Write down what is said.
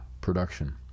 production